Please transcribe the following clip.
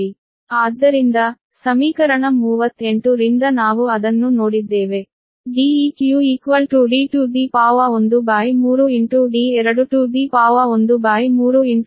ಆದ್ದರಿಂದ ಸಮೀಕರಣ 38 ರಿಂದ ನಾವು ಅದನ್ನು ನೋಡಿದ್ದೇವೆ Deq D13d213d116d516